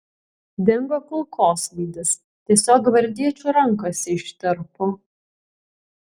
dingo kulkosvaidis tiesiog gvardiečių rankose ištirpo